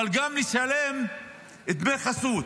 אבל גם לשלם דמי חסות,